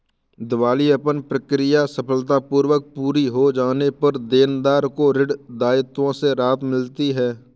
दिवालियापन प्रक्रिया सफलतापूर्वक पूरी हो जाने पर देनदार को ऋण दायित्वों से राहत मिलती है